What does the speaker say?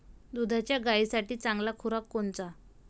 दुधाच्या गायीसाठी चांगला खुराक कोनचा?